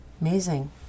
amazing